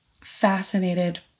fascinated